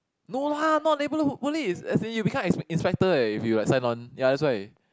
no lah not neighbourhood police as in you become inspect inspector if you are sign on ya that's right